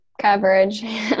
Coverage